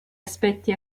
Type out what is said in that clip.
aspetti